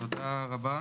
תודה רבה,